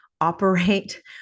operate